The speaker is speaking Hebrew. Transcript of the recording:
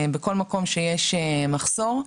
בכל מקום שיש מחסור,